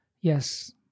Yes